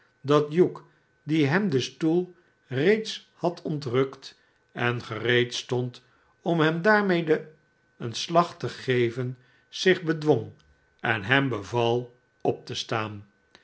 dat hugh die hem den stoel reeds had ontrukt en gereedstond om hem daarmede een slag te geven zich bedwong en hem beval op te staan